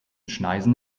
schneisen